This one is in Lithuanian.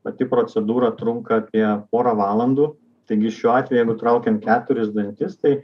pati procedūra trunka apie porą valandų taigi šiuo atveju jeigu traukiant keturis dantis tai